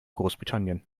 großbritannien